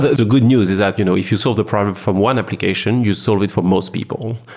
the the good news is that you know you you solved the problem for one application, you solve it for most people.